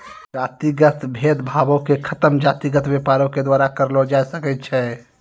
जातिगत भेद भावो के खतम जातिगत व्यापारे के द्वारा करलो जाय सकै छै